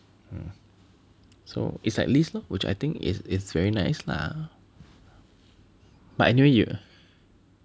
so it's like Liz lor which I think is it's very nice lah but anyway you